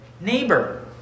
neighbor